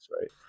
right